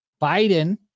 Biden